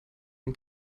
den